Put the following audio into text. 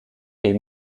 est